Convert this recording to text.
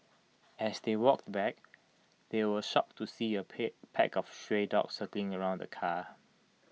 as they walked back they were shocked to see A pick pack of stray dogs circling around the car